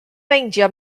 meindio